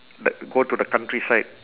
t~ go to the countryside